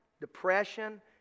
depression